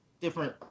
different